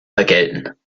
vergelten